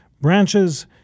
branches